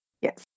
Yes